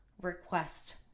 request